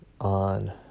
on